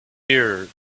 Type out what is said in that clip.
ear